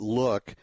look